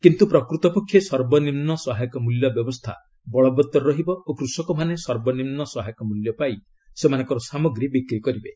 କିନ୍ତୁ ପ୍ରକୃତପକ୍ଷେ ସର୍ବନିମ୍ନ ସହାୟକ ମୂଲ୍ୟ ବ୍ୟବସ୍ଥା ବଳବତ୍ତର ରହିବ ଓ କୃଷକମାନେ ସର୍ବନିମ୍ନ ସହାୟକ ମୂଲ୍ୟ ପାଇ ସେମାନଙ୍କର ସାମଗ୍ରୀ ବିକ୍ରି କରିବେ